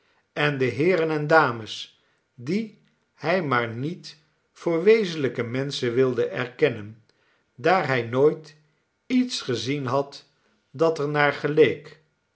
en de heeren en dames die hi maar niet voor wezenlijke menschen wilde erkennen daar hij nooit iets gezien had dat er naar geleek